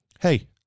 Hey